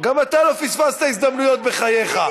גם אתה לא פספסת הזדמנויות בחייך,